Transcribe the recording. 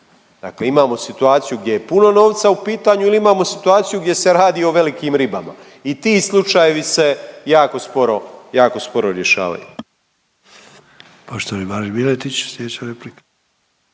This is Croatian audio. Dakle, imamo situaciju gdje je puno novca u pitanju ili imamo situaciju gdje se radi o velikim ribama. I ti slučajevi se jako sporo, jako sporo rješavaju.